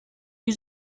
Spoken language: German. wie